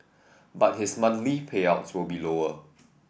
but his monthly payouts will be lower